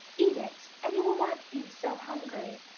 eat it, and you will not be so hungry.